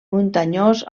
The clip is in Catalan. muntanyós